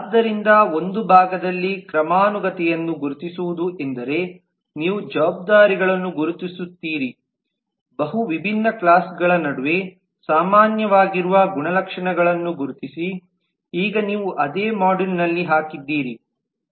ಆದ್ದರಿಂದ ಒಂದು ಭಾಗದಲ್ಲಿ ಕ್ರಮಾನುಗತತೆಯನ್ನು ಗುರುತಿಸುವುದು ಎಂದರೆ ನೀವು ಜವಾಬ್ದಾರಿಗಳನ್ನು ಗುರುತಿಸುತ್ತೀರಿ ಬಹು ವಿಭಿನ್ನ ಕ್ಲಾಸ್ಗಳ ನಡುವೆ ಸಾಮಾನ್ಯವಾಗಿರುವ ಗುಣಲಕ್ಷಣಗಳನ್ನು ಗುರುತಿಸಿ ಈಗ ನೀವು ಅದೇ ಮಾಡ್ಯೂಲ್ನಲ್ಲಿ ಹಾಕಿದ್ದೀರಿ